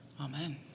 Amen